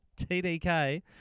TDK